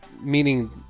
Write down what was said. meaning